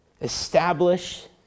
establish